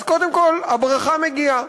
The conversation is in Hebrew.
אז קודם כול, הברכה מגיעה.